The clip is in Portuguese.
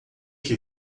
que